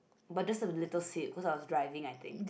but just a little sip cause I was driving I think